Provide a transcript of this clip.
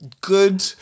Good